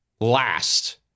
Last